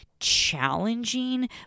challenging